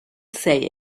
say